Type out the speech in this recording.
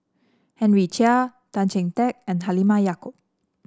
Henry Chia Tan Chee Teck and Halimah Yacob